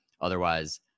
Otherwise